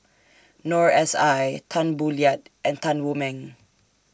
Noor S I Tan Boo Liat and Tan Wu Meng